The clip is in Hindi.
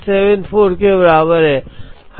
तो Q 122474 के बराबर है